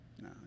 no